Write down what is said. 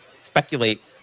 speculate